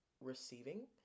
receiving